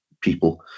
people